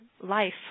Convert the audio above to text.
life